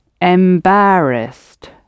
embarrassed